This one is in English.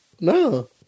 No